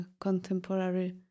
contemporary